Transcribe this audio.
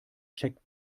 checkt